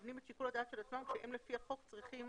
נותנים את שיקול הדעת כשהם לפי החוק צריכים